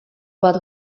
bat